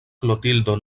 klotildo